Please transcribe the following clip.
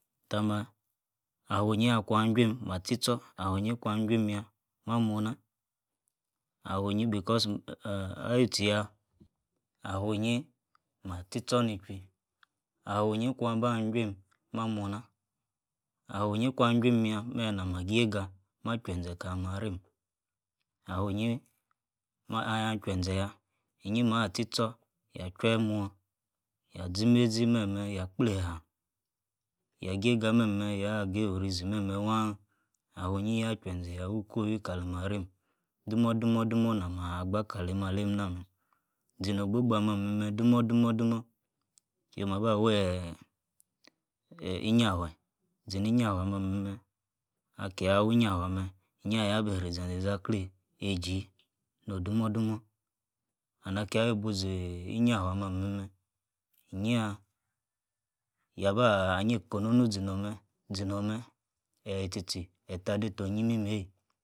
Tah meh, ah funinyi akuan chuim, mah tchi-tchor, ah-funinyin ah-kuan chuim-yah mah-mornah, ah-funinyi because e-eh, eh awuir tchi-yah, awinyi mah-tchi-echor ni-ection echoulii, ah-wiyi kuaba juim, mah-morndh, ah-wuinyi kuan juim yah- meh-nama giagah, majuanze kalimarim, ah-wuinyi ahia-juenze- yah, inyi mah tchi-tcho yah-jueh-mor, yah zi-meisi mehameh, yah gbler ha, tah giegah meh-meh tah geyi orizi wasah, ah wuinyi yah-juenze yah wui-kwowi kalamarim dumor-dumor-dumor nama gba kali malie namah zino-ogbogba ah-meh-meh, dumor-dumor-dumor, to mah bah weeeeh, inyafuch, zi-injakueh ah-meh-meh, akia-wui-infatue, ah meh, inyia yah, yabihri- zen-zien izaklei, eiji, no-dumor-dumor, and akiaba-buziii inyatueb ah-meh-meh, inyi-yah yabah nyeiko norna ginor omeh, zinor meh eyi tchi-tchi ettah-ah deita onyrmi meiyi.